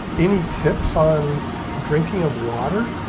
any tips on drinking of water?